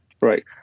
Right